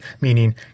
meaning